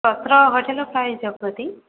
तत्र होटेल् का